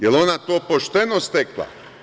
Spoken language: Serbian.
Jel ona to pošteno stekla?